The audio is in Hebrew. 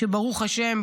ברוך השם,